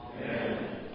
Amen